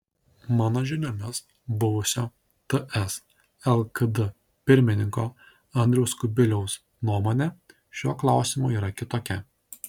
mano žiniomis buvusio ts lkd pirmininko andriaus kubiliaus nuomonė šiuo klausimu yra kitokia